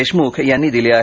देशमुख यांनी दिली आहे